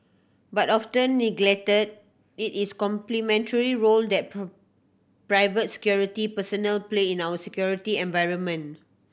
but often neglected it is complementary role that private security personnel play in our security environment